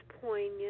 poignant